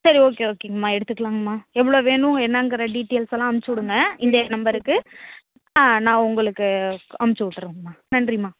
சரி ஓகே ஓகேங்கமா எடுத்துக்கலாங்கம்மா எவ்வளோ வேணும் என்னாங்கிற டீடைல்ஸ்லாம் அமுச்சி விடுங்க இதே நம்பருக்கு ஆ நான் உங்களுக்கு அமுச்சி விட்றேங்கம்மா நன்றிம்மா